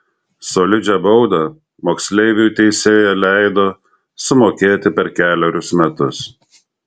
solidžią baudą moksleiviui teisėja leido sumokėti per kelerius metus